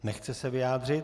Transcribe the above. Nechce se vyjádřit.